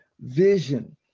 Vision